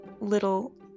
little